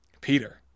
Peter